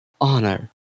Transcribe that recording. honor